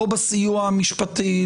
לא בסיוע המשפטי,